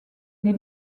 des